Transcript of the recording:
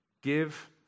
Give